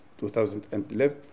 2011